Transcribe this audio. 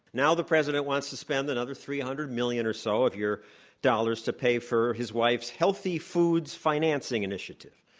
now the president wants to spend another three hundred million or so of your dollars to pay for his wife's healthy foods financing initiative.